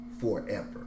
forever